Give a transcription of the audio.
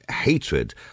hatred